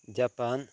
Japan